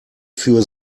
für